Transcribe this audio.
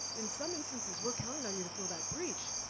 in some instances, we're counting on you to fill that breech.